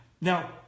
Now